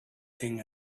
king